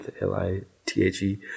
L-I-T-H-E